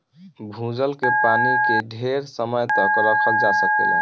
भूजल के पानी के ढेर समय तक रखल जा सकेला